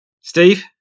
Steve